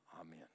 Amen